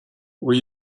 were